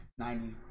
90s